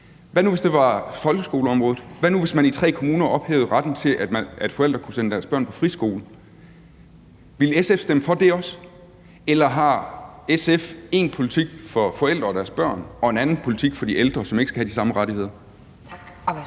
Hvad nu, hvis det var folkeskoleområdet? Hvad nu, hvis man i tre kommuner ophævede retten til, at forældre kunne sende deres børn på friskole? Ville SF også stemme for det? Eller har SF én politik for forældre og deres børn og en anden politik for de ældre, som ikke skal have de samme rettigheder? Kl.